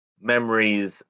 memories